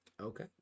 Okay